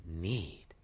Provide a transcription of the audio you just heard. need